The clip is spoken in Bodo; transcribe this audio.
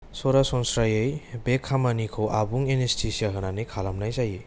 सरासनस्रायै बे खामानिखौ आबुं एनेस्थेसिया होनानै खालामनाय जायो